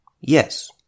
Yes